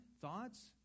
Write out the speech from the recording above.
thoughts